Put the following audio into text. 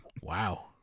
wow